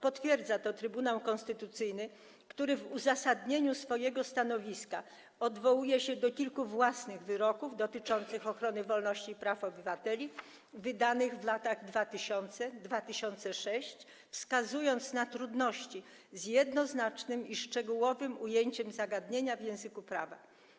Potwierdza to Trybunał Konstytucyjny, który w uzasadnieniu swojego stanowiska odwołuje się do kilku własnych wyroków dotyczących ochrony wolności i praw obywateli wydanych w latach 2000–2006, wskazując na trudności z jednoznacznym i szczegółowym ujęciem zagadnienia w języku prawa.